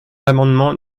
l’amendement